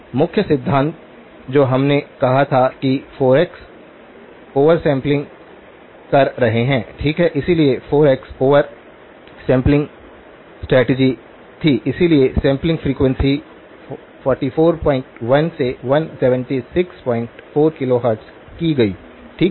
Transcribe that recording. मुख्य सिद्धांत जो हमने कहा था कि हम 4x ओवर सैंपलिंग कर रहे हैं ठीक है इसलिए 4x ओवर सैंपलिंग स्ट्रैटेजी थी इसलिए सैंपलिंग फ्रिक्वेंसी 441से 1764 किलोहर्ट्ज़ हो गई ठीक है